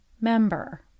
member